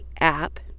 app